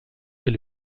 est